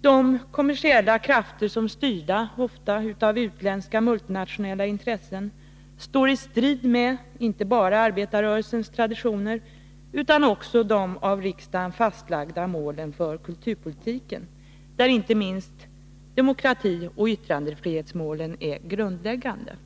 de kommersiella krafter som, ofta styrda av utländska multinationella intressen, står i strid med inte bara arbetarrörelsens traditioner utan också de av riksdagen fastställda målen för kulturpolitiken, där inte minst demokratioch yttrandefrihetsmålen är grundläggande.